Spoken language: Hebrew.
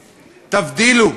תבדילו.